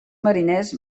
mariners